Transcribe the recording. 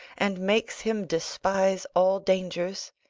and makes him despise all dangers.